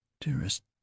Dearest